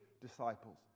disciples